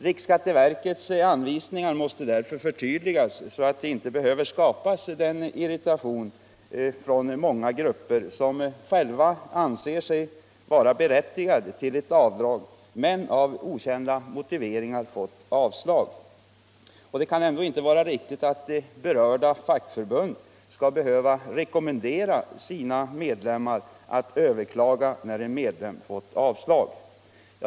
Riksskatteverkets anvisningar måste därför förtydligas så att irritation inte behöver uppstå hos många grupper som själva anser sig vara berättigade till ett avdrag men som av okända motiveringar fått avslag. Det kan ändå inte vara riktigt att berörda fackförbund skall behöva rekommendera sina medlemmar att överklaga när de fått avslag.